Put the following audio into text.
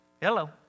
hello